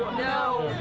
no.